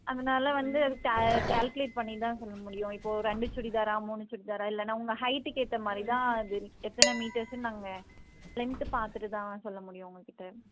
அதனால் வந்து அது கால்குலேட் பண்ணி தான் சொல்ல முடியும் இப்போ ஒரு ரெண்டு சுடிதாரா மூணு சுடிதாரா இல்லைனா உங்கள் ஹைட்டுக்கு ஏற்ற மாதிரி தான் அது எத்தனை மீட்டர்ஸ்ன்னு நாங்கள் லென்த்து பார்த்துட்டு தான் சொல்ல முடியும் உங்கள்கிட்ட